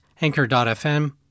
anchor.fm